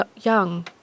young